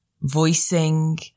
voicing